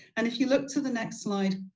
and if you look to the next slide,